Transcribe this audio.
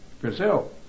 Brazil